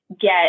get